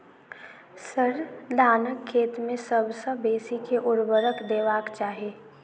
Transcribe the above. sir, धानक खेत मे सबसँ बेसी केँ ऊर्वरक देबाक चाहि